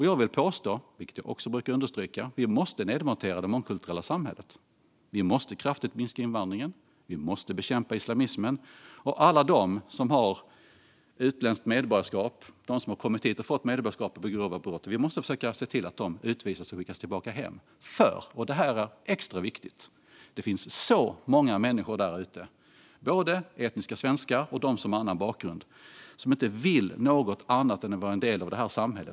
Jag vill påstå, vilket jag också brukar understryka, att vi måste nedmontera det mångkulturella samhället. Vi måste kraftigt minska invandringen och bekämpa islamismen. Vi måste försöka se till att alla de som har utländskt medborgarskap och som har kommit hit, fått medborgarskap och begått grova brott utvisas och skickas tillbaka hem. Det finns nämligen - och detta är extra viktigt - oerhört många människor där ute, både etniska svenskar och människor som har annan bakgrund, som inte vill något annat än att vara en del av detta samhälle.